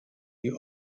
die